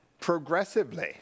progressively